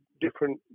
different